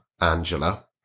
Angela